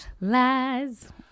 Lies